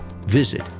visit